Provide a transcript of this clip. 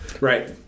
Right